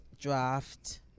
draft